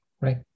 right